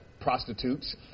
prostitutes